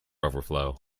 overflow